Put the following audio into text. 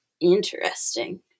interesting